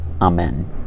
Amen